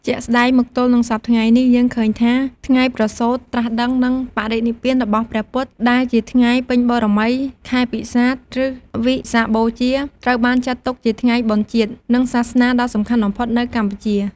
ជាក់ស្តែងមកទល់និងសព្វថ្ងៃនេះយើងឃើញថា ថ្ងៃប្រសូតត្រាស់ដឹង និងបរិនិព្វានរបស់ព្រះពុទ្ធ ដែលជាថ្ងៃពេញបូណ៌មីខែពិសាខ ឬ វិសាខបូជា ត្រូវបានចាត់ទុកជាថ្ងៃបុណ្យជាតិ និងសាសនាដ៏សំខាន់បំផុតនៅកម្ពុជា។